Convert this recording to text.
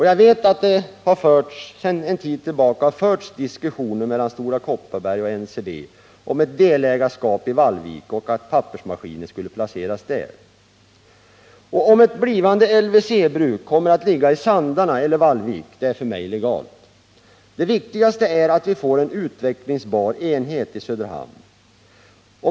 Jag vet att det sedan en tid tillbaka har förts diskussioner mellan Stora Kopparberg och NCB om ett delägarskap i Vallvik och om att pappersmaskinen skulle placeras där. Om ett blivande LWC-bruk kommer att ligga i Sandarne eller i Vallvik är för mig egalt. Det viktigaste är att vi får en utvecklingsbar enhet i Söderhamn.